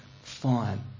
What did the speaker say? Fine